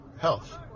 health